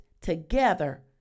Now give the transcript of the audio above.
together